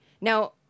Now